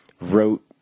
wrote